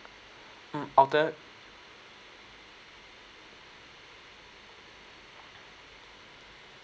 mm are there